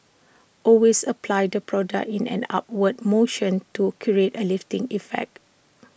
always apply the product in an upward motion to create A lifting effect